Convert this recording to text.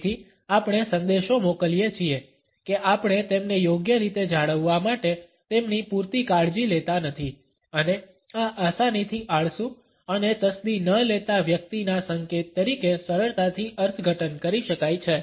તેથી આપણે સંદેશો મોકલીએ છીએ કે આપણે તેમને યોગ્ય રીતે જાળવવા માટે તેમની પૂરતી કાળજી લેતા નથી અને આ આસાનીથી આળસુ અને તસ્દી ન લેતા વ્યક્તિના સંકેત તરીકે સરળતાથી અર્થઘટન કરી શકાય છે